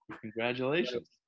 congratulations